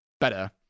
better